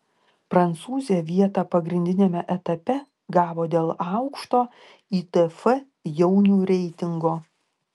prancūzė vietą pagrindiniame etape gavo dėl aukšto itf jaunių reitingo